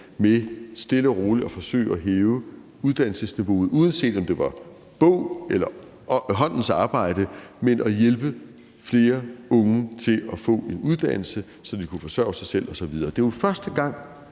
med stille og roligt at forsøge at hæve uddannelsesniveauet, uanset om det var bogligt eller håndens arbejde – at hjælpe flere unge til at få en uddannelse, så de kunne forsørge sig selv osv. Det er mig bekendt